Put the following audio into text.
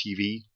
TV